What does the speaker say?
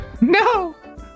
No